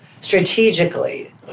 strategically